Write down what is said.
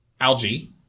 algae